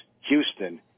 houston